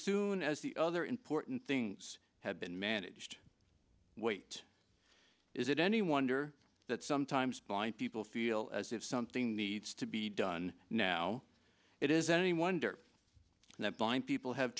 soon as the other important things have been managed wait is it any wonder that sometimes blind people feel as if something needs to be done now it is any wonder that blind people have